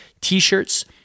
t-shirts